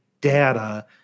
data